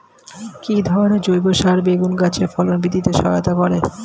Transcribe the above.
কি ধরনের জৈব সার বেগুন গাছে ফলন বৃদ্ধিতে সহায়তা করে?